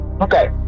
Okay